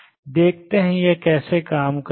देखते हैं यह कैसे काम करता है